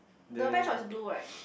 the patch up is blue right